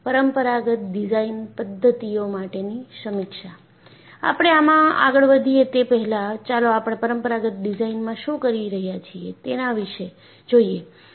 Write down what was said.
પરંપરાગત ડિઝાઇન પદ્ધતિઓ માટેની સમીક્ષા આપણે આમાં આગળ વધીએ તે પહેલાં ચાલો આપણે પરંપરાગત ડિઝાઇન માં શું કરી રહ્યા છીએ તેના વિશે જોઈએ